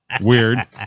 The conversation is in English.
weird